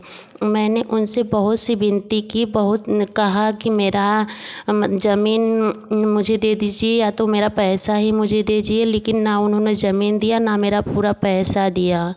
मैंने उनसे बहुत सी विनती की बहुत कहा कि मेरा ज़मीन मुझे दे दीजिए या तो मेरा पैसा ही मुझे दीजिए लेकिन ना उन्होंने जमीन दिया ना मेरा पूरा पैसा दिया